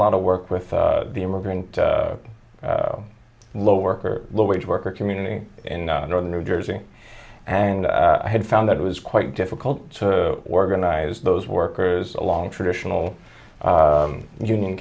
lot of work with the immigrant low worker low wage worker community in northern new jersey and i had found that it was quite difficult to organize those workers along traditional union